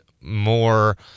more